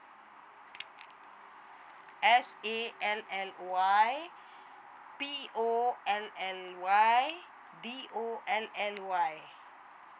S A L L Y P O L L Y D O L L Y